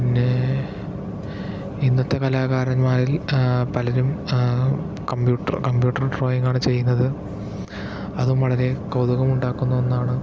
പിന്നെ ഇന്നത്തെ കലാകാരന്മാരിൽ പലരും കമ്പ്യൂട്ടർ കമ്പ്യൂട്ടർ ഡ്രോയിങ് ആണ് ചെയ്യുന്നത് അതും വളരെ കൗതുകമുണ്ടാക്കുന്ന ഒന്നാണ്